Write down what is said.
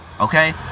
Okay